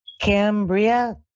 Cambria